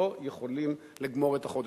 אנחנו לא יכולים לגמור את החודש.